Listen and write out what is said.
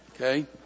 Okay